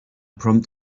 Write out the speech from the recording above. prompt